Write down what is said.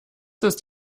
ist